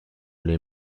les